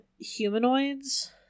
humanoids